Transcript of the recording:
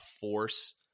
force